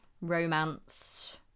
romance